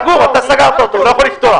סגור, אתה סגרת אותו והוא לא יכול לפתוח.